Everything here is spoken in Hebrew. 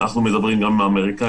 אנחנו מדברים גם עם האמריקנים.